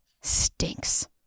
stinks